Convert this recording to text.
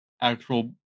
actual